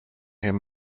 him